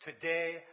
Today